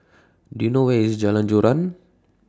Do YOU know Where IS Jalan Joran